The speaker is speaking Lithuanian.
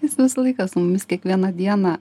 jis visą laiką su mumis kiekvieną dieną